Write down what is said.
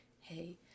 hey